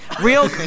Real